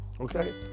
okay